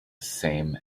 same